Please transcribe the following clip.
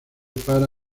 para